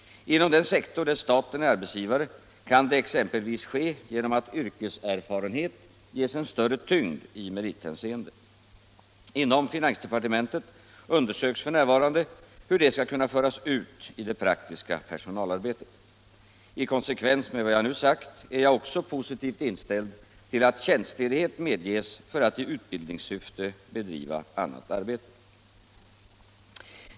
Inom den sektor där staten är arbetsgivare kan det exempelvis ske genom att yrkeserfarenhet ges en större tyngd i merithänseende. Inom finansdepartementet undersöks f. n. hur detta skall kunna föras ut i det praktiska personalarbetet. I konsekvens med vad jag nu sagt är jag också positivt inställd till att tjänstledighet medges för att i utbildningssyfte bedriva annat arbete.